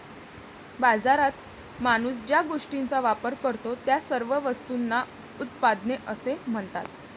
बाजारात माणूस ज्या गोष्टींचा वापर करतो, त्या सर्व वस्तूंना उत्पादने असे म्हणतात